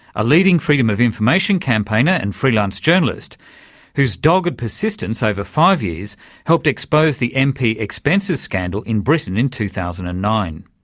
a leading freedom of information campaigner and freelance journalist whose dogged persistence over five years helped expose the mp expenses scandal in britain in two thousand and nine.